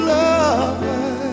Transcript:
love